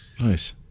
Nice